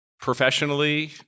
professionally